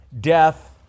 death